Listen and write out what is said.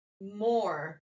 more